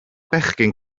bechgyn